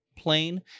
plane